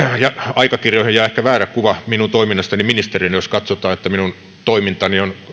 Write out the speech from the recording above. aikakirjoihin jää ehkä väärä kuva minun toiminnastani ministerinä jos katsotaan että minun toimintani on